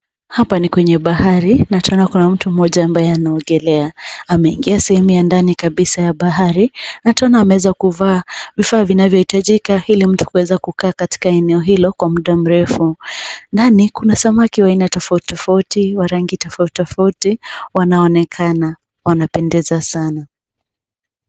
Hapa ni kwenye bahari na tena kuna mtu mmoja ambaye anaogelea. Ameingia sehemu ya ndani kabisa ya bahari, na tena ameweza kuvaa vifaa vinavyohitajika hili mtu aweze kukaa katika eneo hilo kwa muda mrefu. Ndani kuna samaki wa aina tofauti tofauti, wa rangi tofauti tofauti wanaonekana, wanapendeza sana.